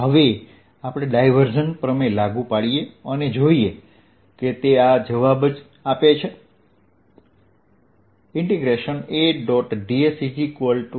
હવે આપણે ડાયવર્જન્સ પ્રમેય લાગુ પાડીએ અને જોઈએ કે તે આ જ જવાબ આપે છે